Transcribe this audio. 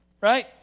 right